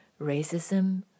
racism